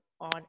on